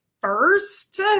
first